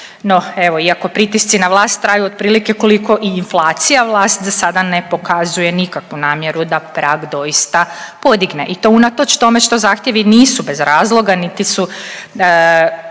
No evo iako pritisci na vlast traju otprilike koliko i inflacija vlast za sada ne pokazuje nikakvu namjeru da prag doista podigne i to unatoč tome što zahtjevi nisu bez razloga niti su